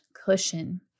cushion